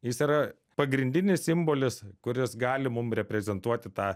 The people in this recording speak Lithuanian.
jis yra pagrindinis simbolis kuris gali mum reprezentuoti tą